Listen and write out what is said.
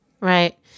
Right